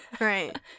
right